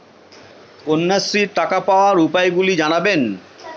কন্যাশ্রীর টাকা পাওয়ার উপায়গুলি জানাবেন?